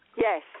Yes